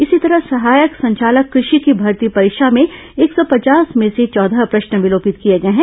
इसी तरह सहायक संचालक कृषि की भर्ती परीक्षा में एक सौ पचास में से चौदह प्रश्न विलोपित किए गए हैं